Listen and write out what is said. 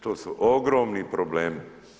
To su ogromni problemi.